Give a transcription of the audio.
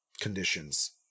conditions